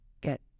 get